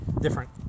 different